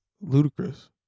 ludicrous